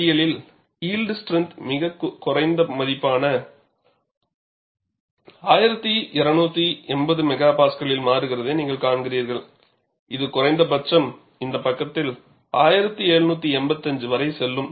பட்டியலில் yield strength மிகக் குறைந்த மதிப்பான 1280 MPa இல் மாறுகிறதை நீங்கள் காண்கிறீர்கள் இது குறைந்தபட்சம் இந்த பக்கத்தில் 1785 வரை செல்லும்